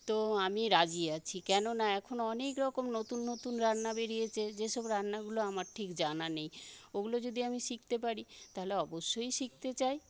তো আমি রাজি আছি কেননা এখন অনেক রকম নতুন নতুন রান্না বেরিয়েছে যেসব রান্নাগুলো আমার ঠিক জানা নেই ওগুলো যদি আমি শিখতে পারি তাহলে অবশ্যই শিখতে চাই